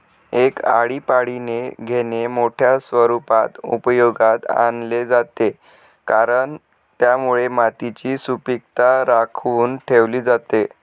एक आळीपाळीने घेणे मोठ्या स्वरूपात उपयोगात आणले जाते, कारण त्यामुळे मातीची सुपीकता राखून ठेवली जाते